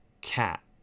Cat